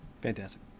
Fantastic